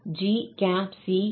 நம்மிடம் gccos ∝x உள்ளது